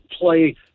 play